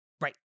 Right